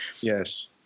Yes